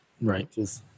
right